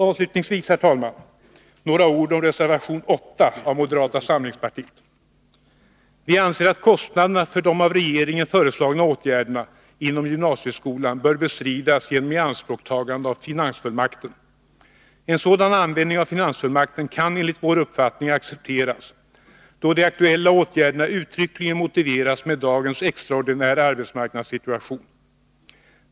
Avslutningsvis, herr talman, några ord om reservation 8 av moderata samlingspartiet. Vi anser att kostnaderna för de av regeringen föreslagna åtgärderna inom gymnasieskolan bör bestridas genom ianspråktagande av finansfullmakten. En sådan användning av finansfullmakten kan enligt vår uppfattning accepteras, då de aktuella åtgärderna uttryckligen motiveras med dagens extraordinära arbetsmarknadssituation.